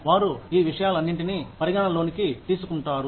వారు ఈ విషయాలన్నింటిని పరిగణనలోనికి తీసుకుంటారు